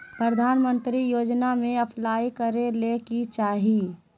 प्रधानमंत्री योजना में अप्लाई करें ले की चाही?